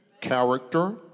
character